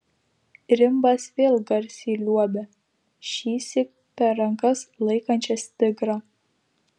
rimbas vėl garsiai liuobia šįsyk per rankas laikančias tigrą